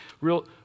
real